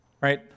right